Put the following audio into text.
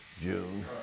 June